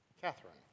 Catherine